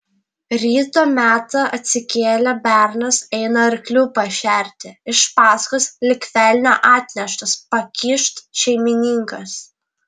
ryto metą atsikėlė bernas eina arklių pašerti iš paskos lyg velnio atneštas pakyšt šeimininkas